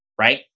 right